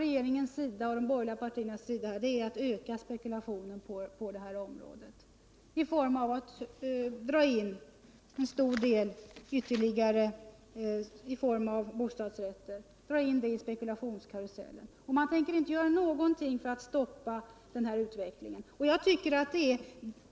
Regeringen och de borgerliga partierna vill öka spekulationen på det här området genom att dra in ytterligare en stor del av bostäderna i spekulationskarusellen i form av bostadsrätter. De tänker inte göra någonting för att stoppa den utvecklingen.